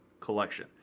collection